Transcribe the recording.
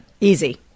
Easy